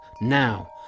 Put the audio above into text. now